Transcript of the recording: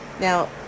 Now